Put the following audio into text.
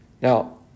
Now